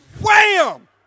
Wham